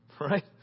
Right